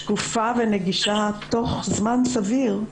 שקופה ונגישה תוך זמן סביר,